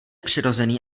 přirozený